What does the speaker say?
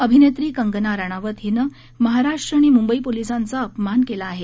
अभिनेत्री कंगना रानावत हिनं महाराष्ट्र आणि मुंबई पोलिसांचा अपमान केला आहे